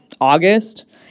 August